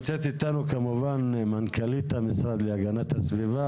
איך זה קורה שמשנים עמדות בלי שהיישוב יודע?